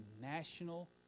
national